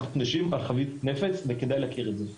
אנחנו יושבים על חבית נפץ וכדאי להכיר את זה.